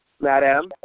Madam